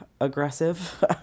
aggressive